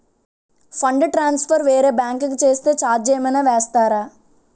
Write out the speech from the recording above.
Fund transfer వేరే bank కి చేస్తే ఛార్జ్ ఏమైనా వేస్తారా?